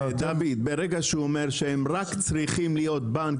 ברגע שהוא אומר שהם רק צריכים להיות בנק